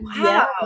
Wow